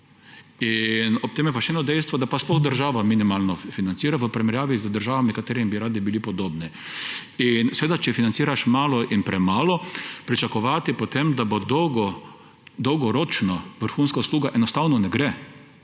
Ob tem je pa še eno dejstvo, da pa sploh država minimalno financira v primerjavi z državami, ki bi jim radi bili podobni. Če financiraš malo in premalo, pričakovati potem, da bo dolgoročno vrhunska usluga, enostavno ne gre.